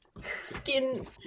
Skin